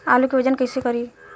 आलू के वजन कैसे करी?